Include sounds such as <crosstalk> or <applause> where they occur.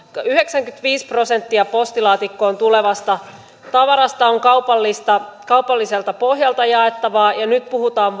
yhdeksänkymmentäviisi prosenttia postilaatikkoon tulevasta tavarasta on kaupallista kaupalliselta pohjalta jaettavaa ja nyt puhutaan <unintelligible>